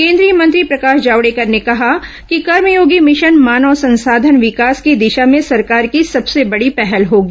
केंद्रीय मंत्री प्रकाश जावडेकर ने कहा कि कर्मयोगी भिशन मानव संसाधन विकास की दिशा में सरकार की सबसे बड़ी पहल होगी